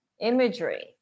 imagery